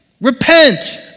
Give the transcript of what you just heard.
Repent